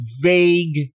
Vague